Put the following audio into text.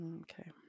Okay